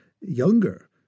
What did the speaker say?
younger